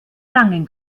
langen